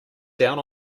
down